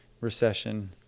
recession